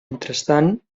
mentrestant